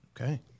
Okay